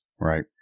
Right